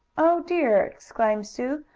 oh, dear! exclaimed sue.